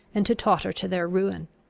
and to totter to their ruin.